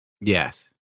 yes